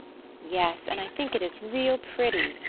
yes, and i think it is real pretty,